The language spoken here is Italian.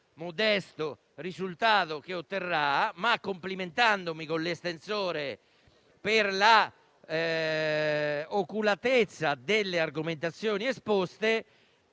modesto risultato che otterrà, ma complimentandomi con l'estensore per l'oculatezza delle argomentazioni esposte,